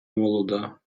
молода